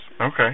okay